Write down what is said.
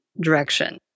direction